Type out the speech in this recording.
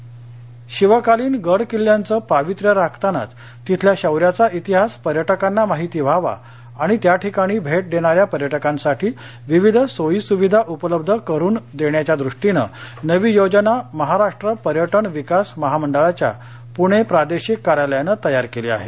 पर्यटक सोयीसविधा शिवकालीन गड किल्ल्यांचं पावित्र्य राखतानाच तिथल्या शौर्याचा इतिहास पर्यटकांना माहिती व्हावा आणि त्याठिकाणी भेट देणाऱ्या पर्यटकांसाठी विविध सोयी सुविधा उपलब्ध करून देण्याच्या दृष्टीनं नवी योजना महाराष्ट्र पर्यटन विकास महामंडळाच्या पूणे प्रादेशिक कार्यालयान तयार केली आहे